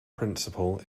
principle